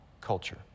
culture